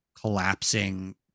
collapsing